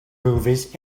movies